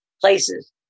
places